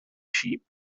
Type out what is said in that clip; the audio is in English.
sheep